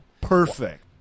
Perfect